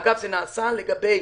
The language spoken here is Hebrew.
אגב, זה נעשה לגבי